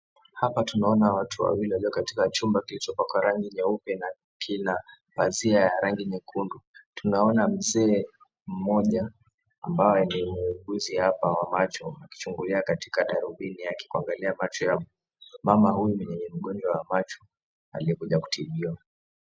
Hapa tunaona watu wawili walio katika chumba kilichopakwa rangi nyeupe na kina pazia ya rangi nyekundu. Tunaona mzee mmoja, ambaye ni muuguzi hapa wa macho, akichungulia katika darubini yake kuangalia macho ya mama huyu mwenye ugonjwa wa macho aliyekuja kutibiwa.